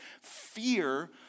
fear